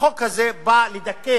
החוק הזה בא לדכא